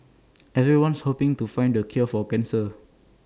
everyone's hoping to find the cure for cancer